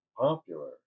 popular